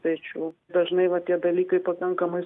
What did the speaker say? pečių dažnai va tie dalykai pakankamai